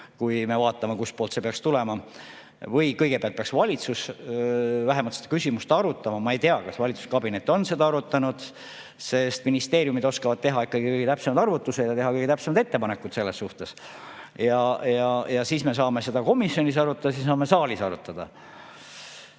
kui me vaatame, kustpoolt see peaks tulema. Või kõigepealt peaks valitsus vähemalt seda küsimust arutama. Ma ei tea, kas valitsuskabinet on seda arutanud. Ministeeriumid oskavad ikkagi teha täpsemaid arvutusi ja teha kõige täpsemaid ettepanekuid selles suhtes. Siis me saame seda komisjonis arutada ja siis saame saalis arutada.